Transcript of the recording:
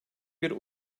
bir